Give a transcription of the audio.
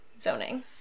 zoning